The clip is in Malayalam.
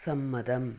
സമ്മതം